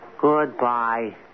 Goodbye